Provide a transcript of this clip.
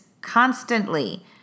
constantly